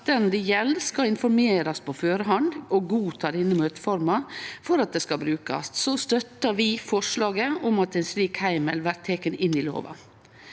at den det gjeld, skal informerast på førehand og godta denne møteforma for at det skal brukast, støttar vi forslaget om at ein slik heimel blir teken inn i lova.